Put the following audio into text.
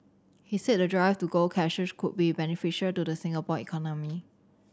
he said the drive to go cashless could be beneficial to the Singapore economy